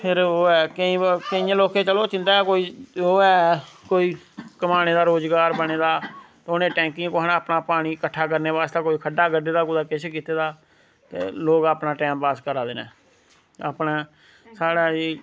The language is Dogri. फिर ओह् ऐ केईं केइएं लोकें चलो जिंदा कोई ओह् ऐ कोई कमाने दा रोजगार बने दा ते उनें टैंकिएं कोहा ने अपना पानी कट्ठा करने वास्ते कोई खड्ढा कड्डे दा कोई कुछ कीते दा ते लोग अपना टैम पास करा दे नै अपना स्हाड़ा एह्